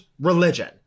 religion